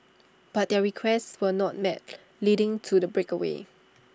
but their requests were not met leading to the breakaway